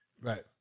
right